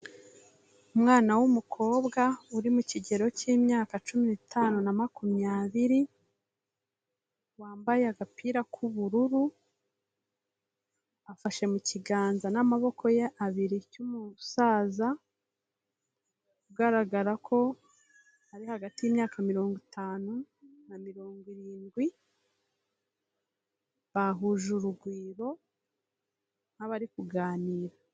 Umwana w'umukobwa uri mu kigero cy'imyaka cumi n'itanu na makumyabiri, wambaye agapira k'ubururu, afashe mu kiganza n'amaboko ye abiri cy'umusaza, ugaragara ko ari hagati y'imyaka mirongo itanu na mirongo irindwi, bahuje urugwiro nk'abari kuganira.